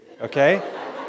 okay